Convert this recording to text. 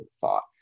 thought